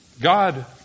God